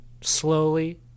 slowly